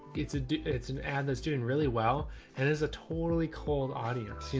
it's ah it's an ad that's doing really well and is a totally cold audience. you